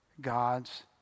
God's